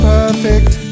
perfect